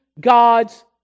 God's